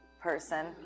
person